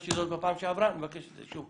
ביקשתי זאת בפעם שעברה, אני מבקש את זה שוב.